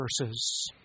verses